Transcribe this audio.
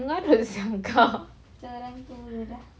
mengadu saja engkau